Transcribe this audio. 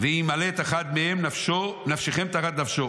ואם ימלט אחד מהם נפשיכם תחת נפשו.